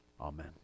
Amen